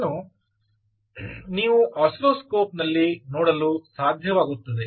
ಇದನ್ನು ನೀವು ಆಸಿಲ್ಲೋಸ್ಕೋಪ್ನಲ್ಲಿ ನೋಡಲು ಸಾಧ್ಯವಾಗುತ್ತದೆ